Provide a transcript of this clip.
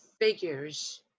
figures